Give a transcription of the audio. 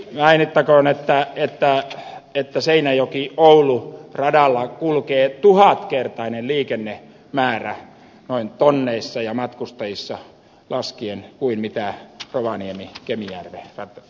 mainittakoon että seinäjokioulu radalla kulkee tuhatkertainen liikennemäärä noin tonneissa ja matkustajissa laskien verrattuna rovaniemikemijärvi rataosuuteen